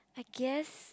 I guess